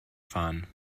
fahren